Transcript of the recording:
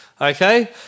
Okay